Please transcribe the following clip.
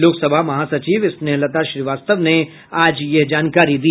लोकसभा महासचिव स्नेहलता श्रीवास्तव ने आज यह जानकारी दी